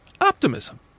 Optimism